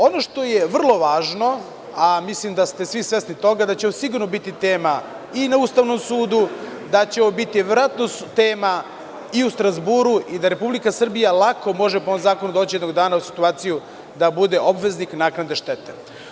Ono što je vrlo važno, a mislim da ste svi svesni toga da će sigurno biti tema i na Ustavnom sudu, da će ovo biti, verovatno, tema i u Strazburu i da Republika Srbija lako može, po ovom zakonu, doći u situaciju da bude obveznik naknade štete.